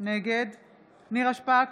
נגד נירה שפק,